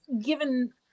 given